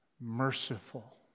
merciful